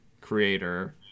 creator